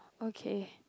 okay